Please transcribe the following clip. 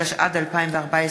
התשע"ד 2014,